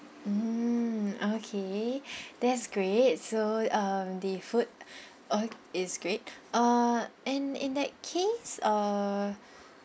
mm okay that's great so um the food okay~ is great uh and in that case uh